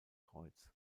kreuz